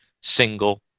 single